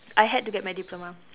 I had to get my diploma